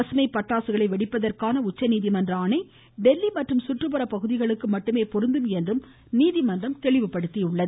பசுமை பட்டாசுகளை வெடிப்பதற்கான உச்சநீதிமன்ற ஆணை டெல்லி மற்றும் சுற்றுப்புற பகுதிகளுக்கு மட்டுமே பொருந்தும் என்றும் நீதிமன்றம் தெளிவுபடுத்தியுள்ளது